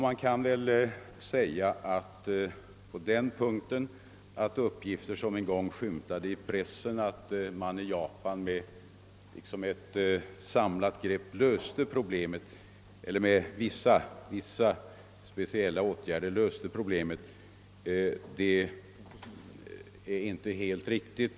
Man kan på den punkten säga att uppgifter som skymtat i pressen om att man i Japan med vissa speciella åtgärder löste problemet inte är helt riktiga.